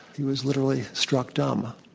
he was literally struck numb.